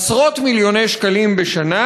עשרות-מיליוני שקלים בשנה,